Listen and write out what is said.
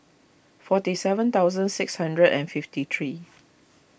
forty seven thousand six hundred and fifty three